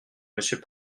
monsieur